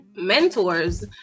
mentors